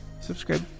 subscribe